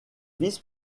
vice